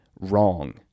wrong